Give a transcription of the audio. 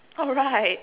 oh right